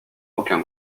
aucun